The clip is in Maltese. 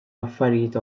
affarijiet